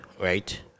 right